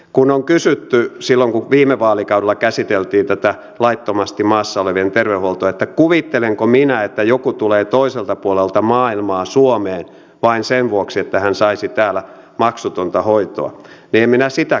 kun on kysytty silloin kun viime vaalikaudella käsiteltiin tätä laittomasti maassa olevien terveydenhuoltoa että kuvittelenko minä että joku tulee toiselta puolelta maailmaa suomeen vain sen vuoksi että hän saisi täällä maksutonta hoitoa niin en minä sitä kuvittele